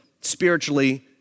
spiritually